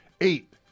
Eight